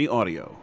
audio